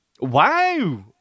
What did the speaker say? Wow